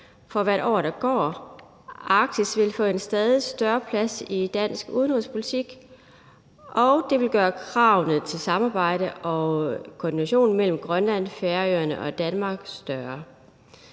for hvert år, der går: Arktis vil få en stadig større plads i dansk udenrigspolitik, og det vil gøre kravene til samarbejdet og koordinationen mellem Grønland, Færøerne og Danmark større.